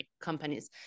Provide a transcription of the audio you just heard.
companies